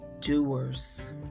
doers